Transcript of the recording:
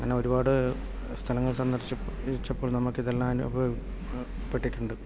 അങ്ങനെ ഒരുപാട് സ്ഥലങ്ങൾ സന്ദർശിച്ചപ്പോൾ നമുക്ക് ഇതെല്ലാം അനുഭവപ്പെട്ടിട്ടുണ്ട്